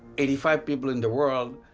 eighty-five people in the world,